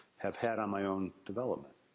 have had on my own development.